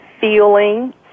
feeling